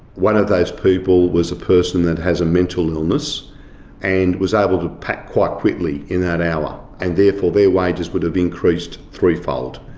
one of those people was a person who has a mental illness and was able to pack quite quickly in that hour and therefore their wages would have increased threefold.